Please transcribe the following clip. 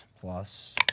plus